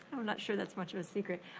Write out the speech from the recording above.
i'm not sure that's much of a secret.